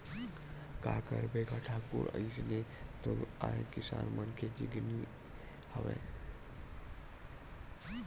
का करबे गा ठाकुर अइसने तो आय किसान मन के जिनगी हवय